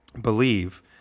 believe